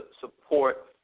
support